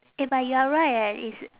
eh but you are right eh it's